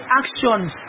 actions